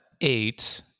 eight